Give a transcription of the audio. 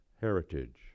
heritage